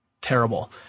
terrible